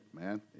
man